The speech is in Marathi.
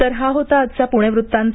तर हा होता आजचा पुणे वृत्तांत